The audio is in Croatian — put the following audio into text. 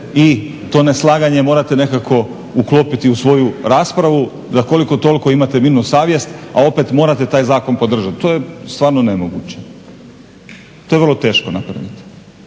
i to neslaganje morate nekako uklopiti u svoju raspravu da koliko toliko imate mirnu savjest a opet morate taj zakon podržati. To je stvarno nemoguće, to je vrlo teško napraviti.